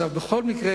בכל מקרה,